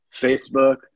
Facebook